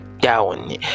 down